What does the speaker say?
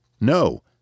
No